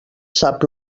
sap